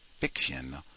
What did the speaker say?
fiction